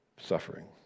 suffering